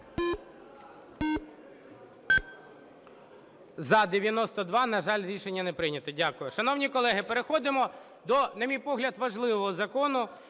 За-92 На жаль, рішення не прийнято. Дякую. Шановні колеги, переходимо до, на мій погляд, важливого закону.